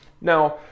Now